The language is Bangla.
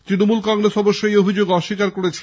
তৃণমূল কংগ্রেস অবশ্য এই অভিযোগ অস্বীকার করেছে